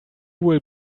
will